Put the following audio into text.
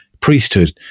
priesthood